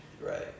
Right